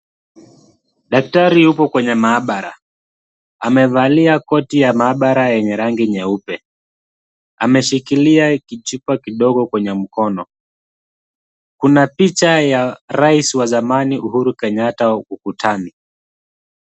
Daktari yupo kwenye maabara. Amevalia koti ya maabara yenye rangi nyeupe. Ameshikilia kichupa kidogo kwenye mkono. Kuna picha ya rais wa zamani Uhuru Kenyataa ukutani.